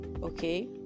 okay